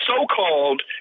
so-called